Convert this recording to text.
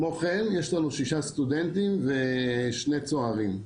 כמו כן, יש לנו 6 סטודנטים ו- 2 צוערים.